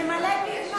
ממלא פיו מים, מים.